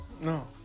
No